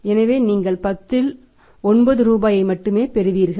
எனவே நீங்கள் 10 இல் 9 ரூபாயை மட்டுமே பெறுவீர்கள்